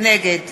נגד